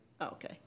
Okay